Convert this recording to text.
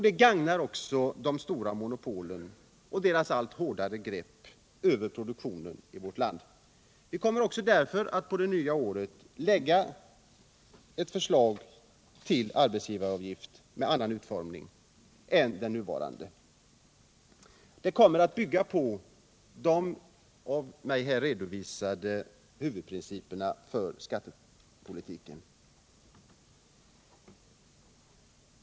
Den gagnar också de stora monopolen och deras allt hårdare grepp över produktionen i vårt land. Vi kommer därför att på det nya året framlägga ett förslag till arbetsgivaravgift med en annan utformning än den nuvarande. Förslaget kommer att bygga på de av mig här redovisade huvudprinciperna för skattepolitiken.